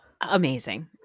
amazing